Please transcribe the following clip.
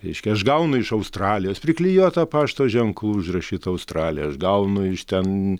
reiškia aš gaunu iš australijos priklijuota pašto ženklų užrašyta australija aš gaunu iš ten